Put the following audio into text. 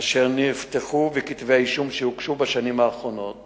אשר נפתחו וכתבי האישום שהוגשו בשנים האחרונות